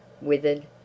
withered